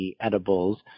edibles